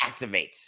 activates